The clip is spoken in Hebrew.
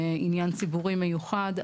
עניין ציבורי מיוחד.